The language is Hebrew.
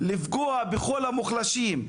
לפגוע בכל המוחלשים,